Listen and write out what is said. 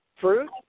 fruit